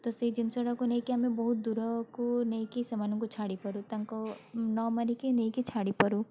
ତ ସେଇ ଜିନିଷ ତାକୁ ନେଇକି ଆମେ ବହୁତ ଦୂରକୁ ନେଇକି ସେମନଙ୍କୁ ଛାଡ଼ିପାରୁ ତାଙ୍କ ନ ମାରିକି ନେଇକି ଛାଡ଼ିପାରୁ